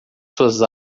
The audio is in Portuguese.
suas